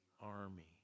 army